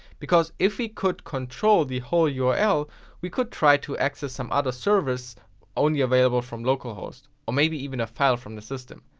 because if we could control the whole url, we could try to access some other service only available from localhost. or maybe even a file from the system.